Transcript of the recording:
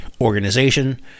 organization